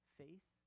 faith